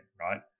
right